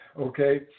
Okay